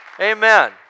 Amen